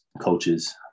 coaches